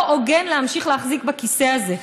לא הוגן להמשיך להחזיק בכיסא הזה.